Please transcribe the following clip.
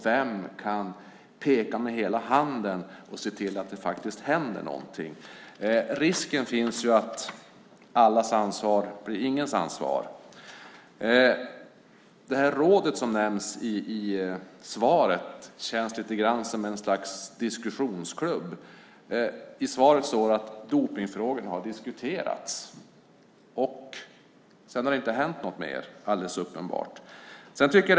Vem kan peka med hela handen och se till att det händer något? Risken finns att allas ansvar blir ingens ansvar. Det råd som nämns i svaret känns som ett slags diskussionsklubb. I svaret står det att dopningsfrågorna har diskuterats. Sedan har det alldeles uppenbart inte hänt något mer.